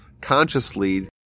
consciously